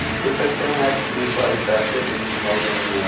which have shown actually quite effective in promoting